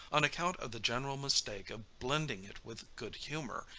on account of the general mistake of blending it with good-humor,